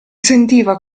sentiva